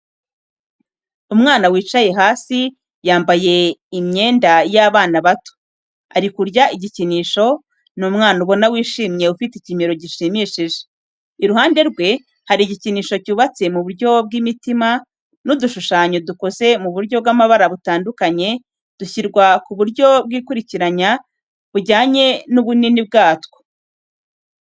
Umwana yicaye hasi yambaye imyenda y’abana bato. Ari kurya igikinisho, ni umwana ubona wishimye ufite ikimero gishimishije. Iruhande rwe hari igikinisho cyubatse mu buryo bw'imitima n'udushushanyo dukoze mu buryo bw'amabara butandukanye, dushyirwa ku buryo bwikurikiranya bujyanye n'ubunini bwatwo.